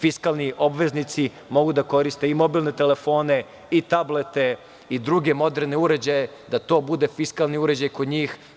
Fiskalni obveznici mogu da koriste i mobilne telefone i tablete i druge moderne uređaje da to bude fiskalni uređaj kod njih.